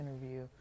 interview